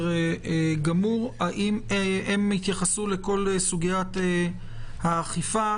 האם הם יתייחסו לכל סוגיית האכיפה?